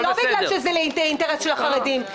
לא בגלל שזה אינטרס של החרדים,